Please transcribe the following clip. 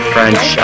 French